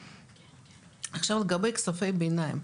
עכשיו, לגבי כספי ביניים.